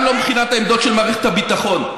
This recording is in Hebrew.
גם לא מבחינת העמדות של מערכת הביטחון.